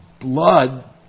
blood